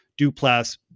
Duplass